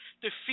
defeat